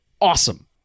awesome